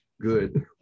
good